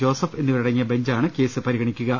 Joseph എന്നിവരടങ്ങിയ ബഞ്ചാണ് case പരിഗണിക്കുക